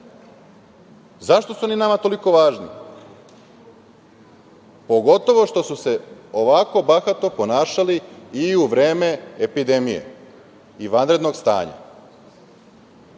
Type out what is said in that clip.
Zašto su oni nama toliko važni, pogotovo što su se ovako bahato ponašali i u vreme epidemije i vanrednog stanja? Dakle,